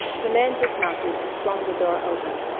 the man dismounted and swung the door open.